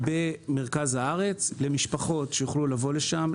זה יהיה במרכז הארץ למשפחות שיוכלו לבוא לשם,